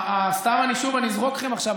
סתם אני אזרוק לכם עכשיו,